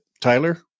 Tyler